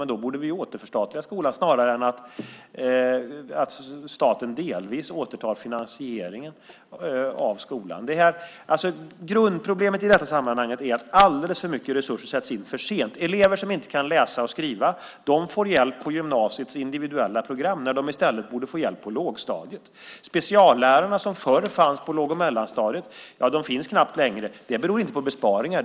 Men då borde vi återförstatliga skolan snarare än att staten delvis återtar finansieringen av skolan. Grundproblemet i sammanhanget är att alldeles för mycket resurser sätts in för sent. Elever som inte kan läsa och skriva får hjälp på gymnasiets individuella program när de i stället borde få hjälp på lågstadiet. Speciallärarna, som förr fanns på låg och mellanstadiet, finns knappt längre. Det beror inte på besparingar.